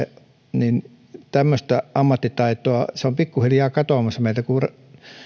eli saataisiin tämmöistä ammattitaitoa se on pikkuhiljaa katoamassa meiltä koska